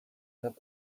have